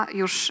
już